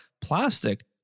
plastic